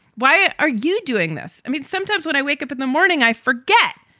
why are you doing this? i mean, sometimes when i wake up in the morning, i forget.